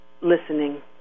listening